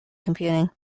computing